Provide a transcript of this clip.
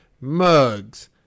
mugs